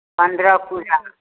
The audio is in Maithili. पन्द्रह पूजा